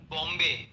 Bombay